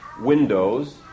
windows